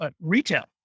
retail